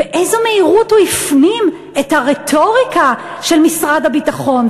באיזו מהירות הוא הפנים את הרטוריקה של משרד הביטחון,